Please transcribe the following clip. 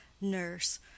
nurse